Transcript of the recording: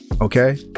okay